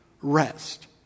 rest